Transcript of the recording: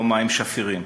לא מים שפירים.